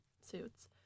suits